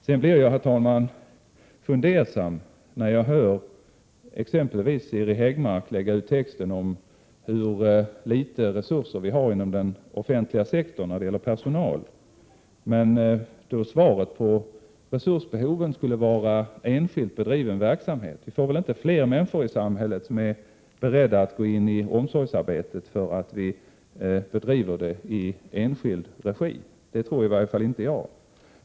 Jag blir sedan fundersam när jag hör exempelvis Siri Häggmark lägga ut texten om hur små resurser vi har inom den offentliga sektorn i fråga om personal och säga att lösningen beträffande resursbehoven skulle vara enskilt bedriven verksamhet. Men vi får väl inte fler människor i samhället som är beredda att gå in i omsorgsarbete därför att arbetet bedrivs i enskild regi? Det tror i varje fall inte jag.